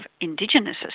Indigenous